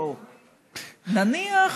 נניח,